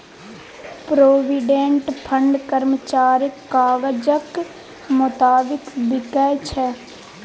provident fund कर्मचारीक काजक मोताबिक बिकै छै